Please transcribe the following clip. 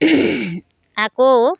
আকৌ